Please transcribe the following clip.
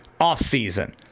offseason